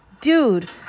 Dude